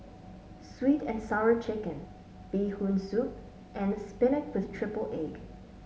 sweet and Sour Chicken Bee Hoon Soup and spinach with triple egg